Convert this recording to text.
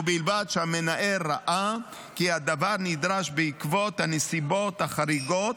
ובלבד שהמנהל ראה כי הדבר נדרש בעקבות הנסיבות החריגות,